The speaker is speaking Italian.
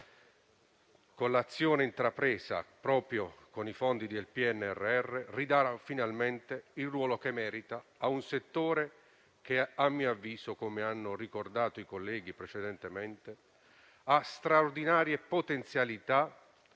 che l'azione intrapresa, proprio con i fondi del PNRR, ridarà finalmente il ruolo che merita a un settore che, a mio avviso e come hanno ricordato i colleghi precedentemente, ha straordinarie potenzialità